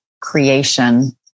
creation